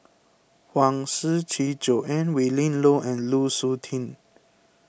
Huang Shiqi Joan Willin Low and Lu Suitin